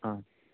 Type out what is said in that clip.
ஆ